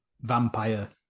vampire